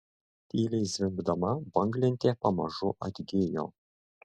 tyliai zvimbdama banglentė pamažu atgijo